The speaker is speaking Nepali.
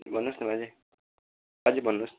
भन्नुहोस् न बाजे बाजे भन्नुहोस् न